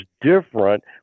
different